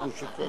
ואפשר לומר,